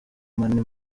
mani